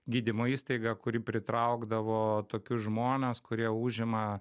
gydymo įstaiga kuri pritraukdavo tokius žmones kurie užima